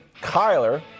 Kyler